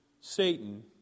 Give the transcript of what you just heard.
Satan